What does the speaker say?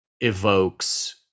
evokes